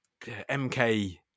MK